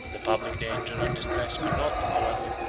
the public danger and distress could not, however,